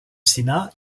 sénat